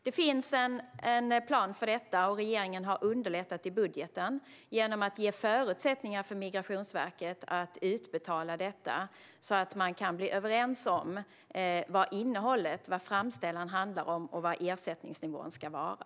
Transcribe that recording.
Det finns en plan för detta, och regeringen har underlättat i budgeten genom att ge förutsättningar för Migrationsverket att utbetala detta så att man kan bli överens om vad framställan handlar om och vad ersättningsnivån ska vara.